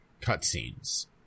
cutscenes